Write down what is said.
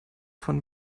von